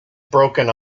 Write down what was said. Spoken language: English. broken